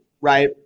right